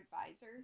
advisor